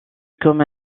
comme